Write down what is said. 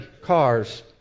cars